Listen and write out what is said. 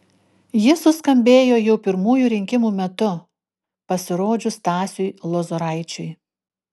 ji suskambėjo jau pirmųjų rinkimų metu pasirodžius stasiui lozoraičiui